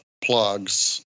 plugs